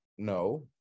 no